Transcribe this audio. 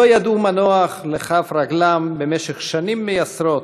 לא ידעו מנוח לכף רגלם במשך שנים מייסרות,